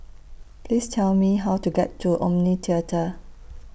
Please Tell Me How to get to Omni Theatre